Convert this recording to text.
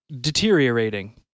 deteriorating